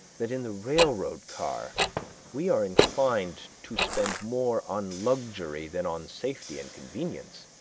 that in the railroad car we are inclined to spend more on luxury than on safety and convenience,